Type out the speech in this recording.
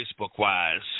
Facebook-wise